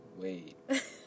wait